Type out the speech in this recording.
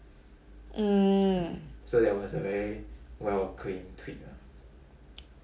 mm